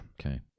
Okay